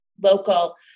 local